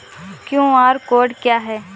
QR code क्या है?